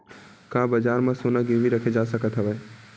का बजार म सोना गिरवी रखे जा सकत हवय?